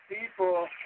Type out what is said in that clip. people